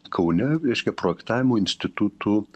kaune reiškia projektavimo institutų